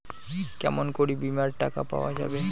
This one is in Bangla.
কেমন করি বীমার টাকা পাওয়া যাবে?